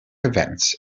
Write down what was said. events